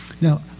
Now